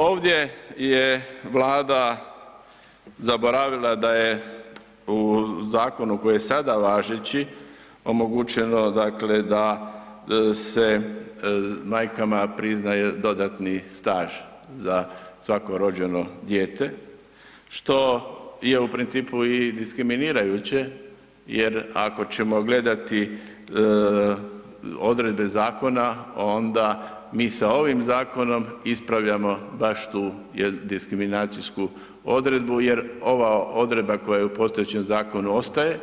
Ovdje je Vlada zaboravila da je u zakonu koji je sada važeći, omogućeno dakle da se majkama priznaje dodatni staž za svako rođeno dijete što je u principu i diskriminirajuće jer ako ćemo gledati odredbe zakona, onda mi sa ovim zakonom ispravljamo baš tu jednu diskriminacijsku odredbu jer ova odredba koja je u postojećem zakonu ostaje,